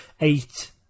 eight